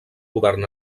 govern